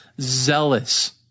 zealous